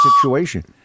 situation